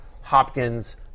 Hopkins